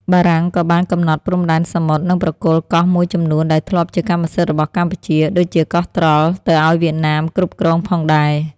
បារាំងក៏បានកំណត់ព្រំដែនសមុទ្រ និងប្រគល់កោះមួយចំនួនដែលធ្លាប់ជាកម្មសិទ្ធិរបស់កម្ពុជា (ដូចជាកោះត្រល់) ទៅឱ្យវៀតណាមគ្រប់គ្រងផងដែរ។